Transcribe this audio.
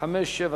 בחג ראש השנה